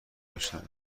بشنوه